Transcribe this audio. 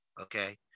Okay